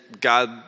God